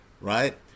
right